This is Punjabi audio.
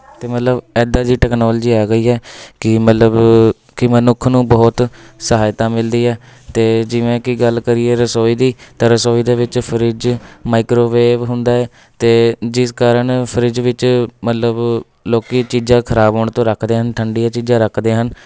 ਅਤੇ ਮਤਲਬ ਏਦਾਂ ਦੀ ਟੈਕਨੋਲਜੀ ਆ ਗਈ ਹੈ ਕਿ ਮਤਲਬ ਕਿ ਮਨੁੱਖ ਨੂੰ ਬਹੁਤ ਸਹਾਇਤਾ ਮਿਲਦੀ ਹੈ ਅਤੇ ਜਿਵੇਂ ਕਿ ਗੱਲ ਕਰੀਏ ਰਸੋਈ ਦੀ ਤਾਂ ਰਸੋਈ ਦੇ ਵਿੱਚ ਫਰਿੱਜ਼ ਮਾਈਕ੍ਰੋਵੇਵ ਹੁੰਦਾ ਹੈ ਅਤੇ ਜਿਸ ਕਾਰਨ ਫਰਿੱਜ਼ ਵਿੱਚ ਮਤਲਬ ਲੋਕ ਚੀਜ਼ਾਂ ਖ਼ਰਾਬ ਹੋਣ ਤੋਂ ਰੱਖਦੇ ਹਨ ਠੰਡੀਆਂ ਚੀਜ਼ਾਂ ਰੱਖਦੇ ਹਨ